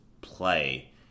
play